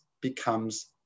becomes